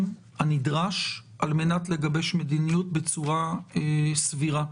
הנדרש על מנת לגבש מדיניות בצורה סבירה,